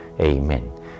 Amen